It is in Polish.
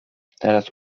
teraz